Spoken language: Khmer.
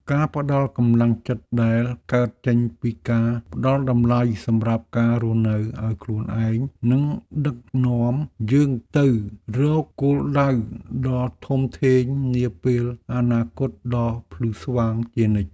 ការផ្ដល់កម្លាំងចិត្តដែលកើតចេញពីការផ្ដល់តម្លៃសម្រាប់ការរស់នៅឱ្យខ្លួនឯងនឹងដឹកនាំយើងទៅរកគោលដៅដ៏ធំធេងនាពេលអនាគតដ៏ភ្លឺស្វាងជានិច្ច។